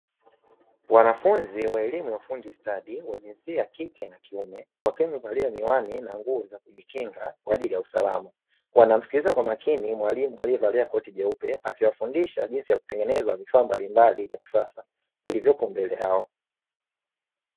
Wanafunzi wa elimu ya ufundi stadi wa jinsia ya kike na kiume wakiwa wamevalia miwani na nguo za kujikinga kwa ajili ya usalama, wakiwa wanamsikiliza kwa makini mwalimu aliyevalia koti jeupe akiwafundisha jinsi ya kutengeneza vifaa mbalimbali vya kisasa vilivyopo mbele yao.